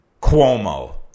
Cuomo